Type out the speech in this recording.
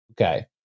okay